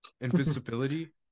invisibility